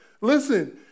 listen